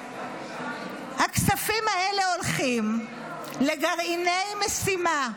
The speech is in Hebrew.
הכספים האלה הולכים לגרעיני משימה.